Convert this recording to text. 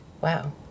Wow